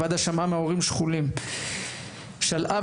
הוועדה שמעה מהורים שכולים שעל אף